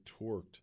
torqued